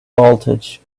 voltage